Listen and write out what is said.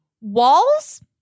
Walls